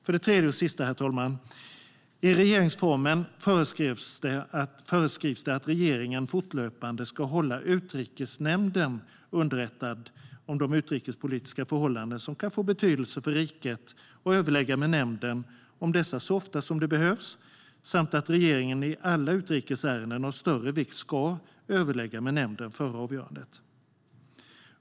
För det tredje och sista: I regeringsformen föreskrivs att regeringen fortlöpande ska hålla Utrikesnämnden underrättad om utrikespolitiska förhållanden som kan få betydelse för riket och överlägga med nämnden om dessa så ofta som det behövs samt att regeringen i alla utrikesärenden av större vikt ska överlägga med nämnden före avgörandet.